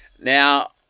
Now